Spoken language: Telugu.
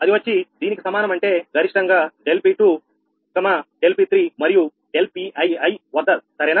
అది వచ్చి దీనికి సమానం అంటే గరిష్టంగా ∆𝑃2 ∆𝑃3 మరియు ∆𝑃𝑖𝑖 వద్ద సరేనా